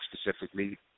specifically